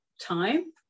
Time